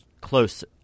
close